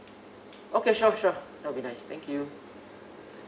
okay sure sure that'll be nice thank you